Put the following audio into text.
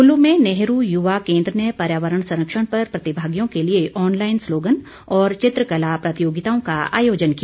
कुल्लू में नेहरू युवा केंद्र ने पर्यावरण संरक्षण पर प्रतिभागियों के लिए ऑनलाईन सलोग्न और चित्रकला प्रतियोगिताओं का आयोजन किया